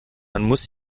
muss